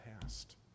past